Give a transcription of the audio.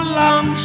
long